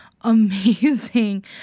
amazing